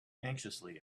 anxiously